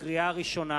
לקריאה ראשונה,